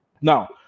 Now